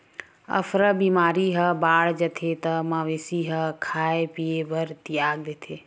अफरा बेमारी ह बाड़ जाथे त मवेशी ह खाए पिए बर तियाग देथे